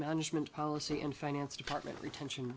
management policy in finance department retention